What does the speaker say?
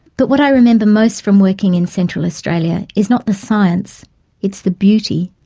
but what i remember most from working in central australia is not the science it's the beauty.